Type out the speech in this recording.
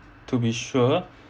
to be sure